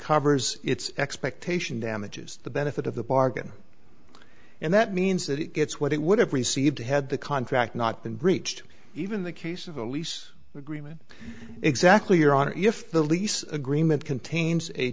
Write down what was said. covers its expectation damages the benefit of the bargain and that means that it gets what it would have received had the contract not been breached even the case of the lease agreement exactly your honor if the lease agreement contains a